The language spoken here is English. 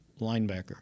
linebacker